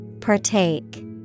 Partake